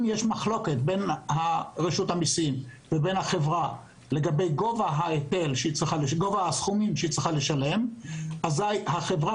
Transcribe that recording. אם יש מחלוקת בין רשות המיסים לבין החברה לגבי גובה הסכומים אזי החברה